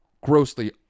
grossly